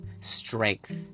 strength